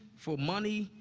for money,